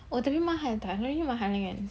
tapi mahal tak mesti mahal kan